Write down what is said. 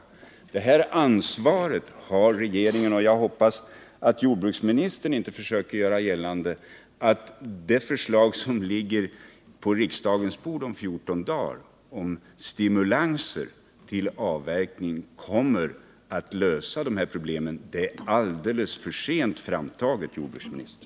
Ansvaret härvidlag har regeringen, och jag hoppas att jordbruksministern inte försöker göra gällande att det förslag som ligger på riksdagens bord om 14 dagar rörande stimulanser till avverkning kommer att lösa problemen. Det är alldeles för sent framtaget, herr jordbruksminister.